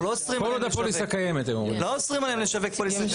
אנחנו לא אוסרים עליהם לשווק.